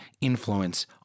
influence